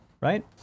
right